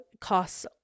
costs